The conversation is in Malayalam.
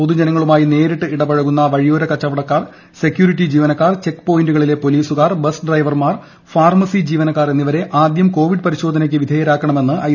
പൊതു ജനങ്ങളുമായി നേരിട്ട് ഇടപഴകുന്ന വഴിയോര കച്ചവടക്കാർ സെക്യൂരിറ്റി ജീവനക്കാർ ചെക്പോയിന്റുകളിലെ പൊലീസുകാർ ബസ് ഡ്രൈവർമാർ ഫാർമസി ജീവനക്കാർ എന്നിവരെ ആദ്യം കോവിഡ് പരിശോധനയ്ക്ക് വിധേയരാക്കണമെന്ന് ഐ